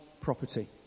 property